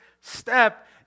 step